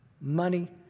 Money